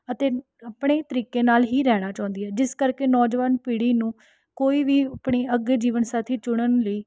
ਅਤੇ ਆਪਣੇ ਤਰੀਕੇ ਨਾਲ ਹੀ ਰਹਿਣਾ ਚਾਹੁੰਦੀ ਹੈ ਜਿਸ ਕਰਕੇ ਨੌਜਵਾਨ ਪੀੜ੍ਹੀ ਨੂੰ ਕੋਈ ਵੀ ਆਪਣੀ ਅੱਗੇ ਜੀਵਨਸਾਥੀ ਚੁਣਨ ਲਈ